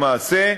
למעשה,